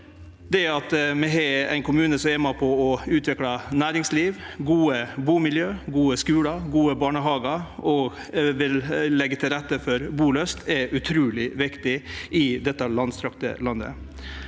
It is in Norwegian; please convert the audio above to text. Det å ha kommunar som er med på å utvikle næringsliv, gode bumiljø, gode skular og gode barnehagar og vil leggje til rette for bulyst, er utruleg viktig i dette langstrakte landet.